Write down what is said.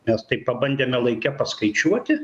mes tai pabandėme laike paskaičiuoti